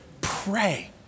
pray